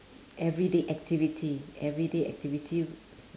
everyday activity everyday activity